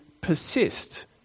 persist